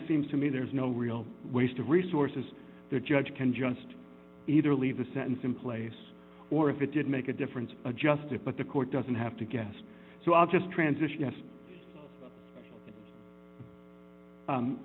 it seems to me there's no real waste of resources the judge can just either leave a sentence in place or if it did make a difference adjust it but the court doesn't have to guess so i'll just transition yes